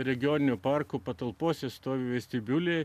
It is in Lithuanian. regioninio parko patalpose stovi vestibiulyje